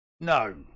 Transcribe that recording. No